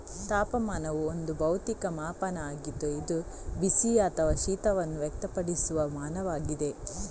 ತಾಪಮಾನವು ಒಂದು ಭೌತಿಕ ಮಾಪನ ಆಗಿದ್ದು ಇದು ಬಿಸಿ ಅಥವಾ ಶೀತವನ್ನು ವ್ಯಕ್ತಪಡಿಸುವ ಮಾನವಾಗಿದೆ